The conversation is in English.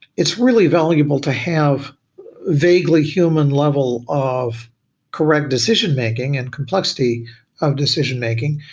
it's really valuable to have vaguely human level of correct decision-making and complexity of decision-making,